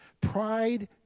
Pride